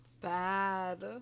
Bad